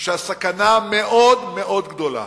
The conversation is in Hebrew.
והסכנה מאוד גדולה,